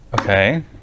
Okay